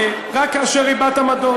רק כאשר הבעת עמדות.